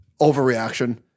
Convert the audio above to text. overreaction